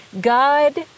God